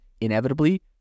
inevitably